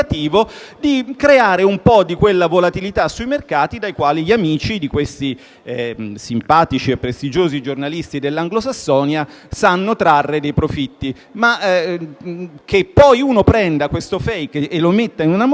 di creare un po' di quella volatilità sui mercati dai quali gli amici di quei simpatici e prestigiosi giornalisti anglosassoni sanno trarre dei profitti. Che poi uno prenda questa *fake* e la metta in una mozione,